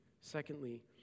secondly